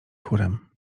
chórem